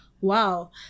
Wow